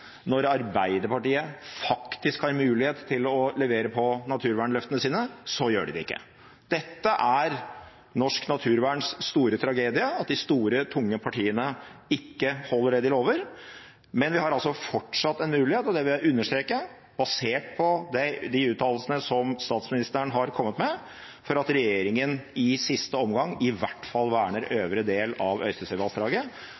Når Arbeiderpartiet faktisk har mulighet til å levere på naturvernløftene sine, så gjør de det ikke. Dette er norsk naturverns store tragedie, at de store, tunge partiene ikke holder det de lover. Men vi har altså fortsatt en mulighet – og det vil jeg understreke, basert på de uttalelsene som statsministeren har kommet med – for at regjeringen i siste omgang i hvert fall verner